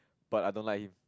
but I don't like him